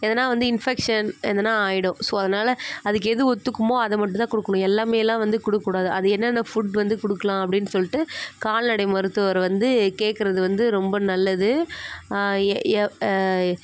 எதனால் வந்து இன்ஃபெக்ஷன் எதனால் ஆகிடும் ஸோ அதனால அதுக்கு எது ஒத்துக்குமோ அதை மட்டும் தான் கொடுக்குணும் எல்லாமேலாம் வந்து கொடுக்கக்கூடாது அது என்னென்ன ஃபுட் வந்து கொடுக்கலாம் அப்படின்னு சொல்லிட்டு கால்நடை மருத்துவரை வந்து கேட்குறது வந்து ரொம்ப நல்லது எ எ